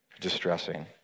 distressing